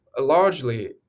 largely